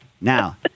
Now